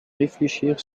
réfléchir